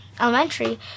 Elementary